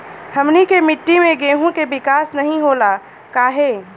हमनी के मिट्टी में गेहूँ के विकास नहीं होला काहे?